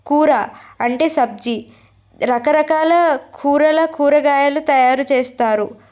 కూర అంటే సబ్జీ రకరకాల కూరల కూరగాయలు తయారు చేస్తారు